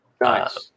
Nice